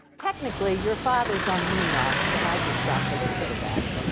technically, your father's on moon rocks, and i just dropped a little bit of acid. okay.